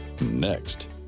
next